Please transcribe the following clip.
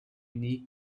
unique